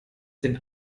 den